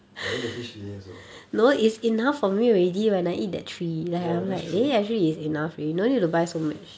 ya I eat the fish fillet also ya that's true